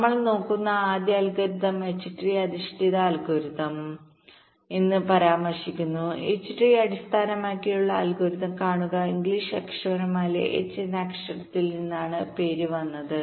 നമ്മൾ നോക്കുന്ന ആദ്യ അൽഗോരിതം H ട്രീ അധിഷ്ഠിത അൽഗോരിതംH tree based algorithmഎന്ന് പരാമർശിക്കുന്നു H ട്രീ അടിസ്ഥാനമാക്കിയുള്ള അൽഗോരിതം കാണുക ഇംഗ്ലീഷ് അക്ഷരമാലയിലെ H എന്ന അക്ഷരത്തിൽ നിന്നാണ് പേര് വന്നത്